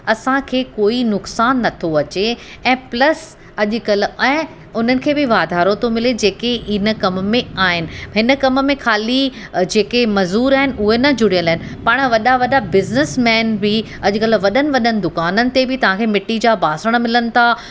असांखे कोई नुक़सानु न थो अचे ऐं प्लस अॼुकल्ह ऐं उन्हनि खे बि वाधारो थो मिले जेकी हिन कम में आहिनि हिन कम में ख़ाली जेके मज़ूर आहिनि उहे न जुड़ियल आहिनि पाणि वॾा वॾा बिज़निसमैन बि अॼुकल्ह वॾनि वॾनि दुकाननि ते बि तव्हांखे मिटी जा बासण मिलनि था